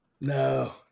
No